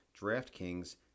DraftKings